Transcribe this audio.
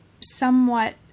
somewhat